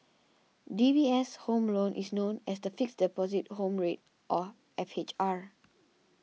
D B S' Home Loan is known as the Fixed Deposit Home Rate or F H R